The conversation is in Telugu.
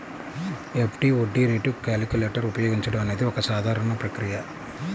ఎఫ్.డి వడ్డీ రేటు క్యాలిక్యులేటర్ ఉపయోగించడం అనేది ఒక సాధారణ ప్రక్రియ